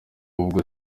ubwo